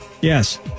Yes